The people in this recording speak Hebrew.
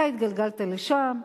אתה התגלגלת לשם,